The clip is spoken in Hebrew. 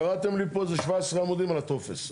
קראתם לי פה איזה 17 עמודים על הטופס.